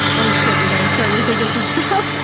oh shit, you gotta start rethinking some stuff.